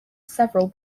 several